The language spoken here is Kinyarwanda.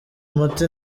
umuti